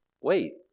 Wait